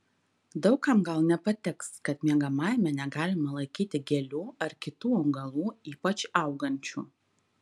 daug kam gal nepatiks kad miegamajame negalima laikyti gėlių ar kitų augalų ypač augančių